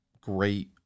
great